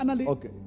Okay